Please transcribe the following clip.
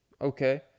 okay